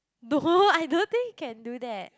no I don't think can do that